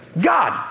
God